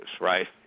right